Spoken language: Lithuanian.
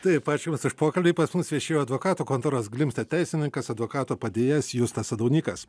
taip ačiū jums už pokalbį pas mus viešėjo advokatų kontoros glimstedt teisininkas advokato padėjėjas justas sadaunykas